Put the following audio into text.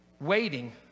waiting